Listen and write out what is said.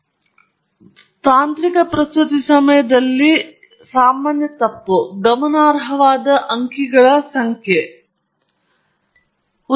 ಆದ್ದರಿಂದ ಅದು ಸ್ವಯಂಚಾಲಿತವಾಗಿ ಆರು ಅಂಕೆಗಳು ತಪ್ಪಾಗಿಲ್ಲ ಆದರೆ ನೀವು ನಿಮ್ಮ ಪ್ರಾಯೋಗಿಕ ಪ್ರಕ್ರಿಯೆಯನ್ನು ನೋಡಬೇಕಾಗಿಲ್ಲ ನಿಮ್ಮ ದಶಮಾಂಶ ಬಿಂದುವಿನ ನಂತರ ಸೂಕ್ತವಾದ ಅಥವಾ ಅನುಚಿತವಾದ ನಂತರ ಹಲವಾರು ಅಂಕೆಗಳನ್ನು ತೋರಿಸಿದರೆ ನಿಮ್ಮ ಡೇಟಾ ವಿಶ್ಲೇಷಣೆಗೆ ನೀವು ಗಮನ ಹರಿಸಬೇಕು